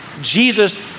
Jesus